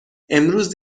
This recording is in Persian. امروز